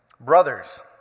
Brothers